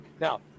Now